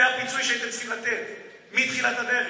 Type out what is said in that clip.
זה הפיצוי שהייתם צריכים לתת מתחילת הדרך.